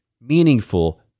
meaningful